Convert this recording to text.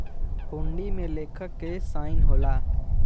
हुंडी में लेखक क साइन होला